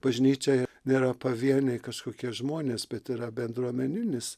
bažnyčia nėra pavieniai kažkokie žmonės bet yra bendruomeninis